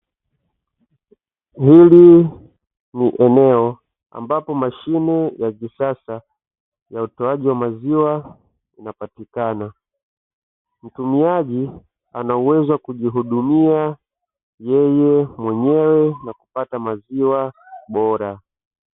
Hili ni eneo ambapo mashine ya kisasa ya utoaji wa maziwa inapatikana, mtumiaji ana uwezo wa kujihudumia yeye mwenyewe na kupata maziwa bora.